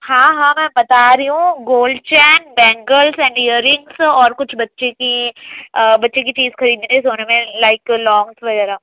ہاں ہاں میں بتا رہی ہوں gold chain bangles and earrings اور کچھ بچے کی بچے کی چیز خریدنی تھی سونے میں لائک لونگس وغیرہ